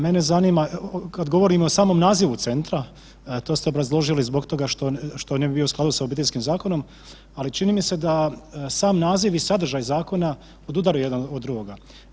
Mene zanima, kad govorimo o samom nazivu Centra, to ste obrazložili zbog toga što ne bi bio u skladu sa Obiteljskim zakonom, ali čini mi se da sam naziv i sadržaj zakona odudaraju jedan od drugoga.